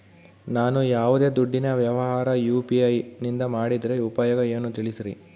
ನಾವು ಯಾವ್ದೇ ದುಡ್ಡಿನ ವ್ಯವಹಾರ ಯು.ಪಿ.ಐ ನಿಂದ ಮಾಡಿದ್ರೆ ಉಪಯೋಗ ಏನು ತಿಳಿಸ್ರಿ?